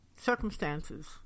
circumstances